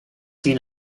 seen